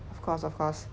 of course of course